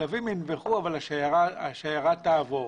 הכלבים ינבחו אבל השיירה תעבור'.